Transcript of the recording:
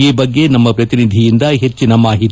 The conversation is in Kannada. ಈ ಬಗ್ಗೆ ನಮ್ಮ ಪ್ರತಿನಿಧಿಯಿಂದ ಹೆಚ್ಚಿನ ಮಾಹಿತಿ